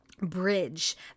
bridge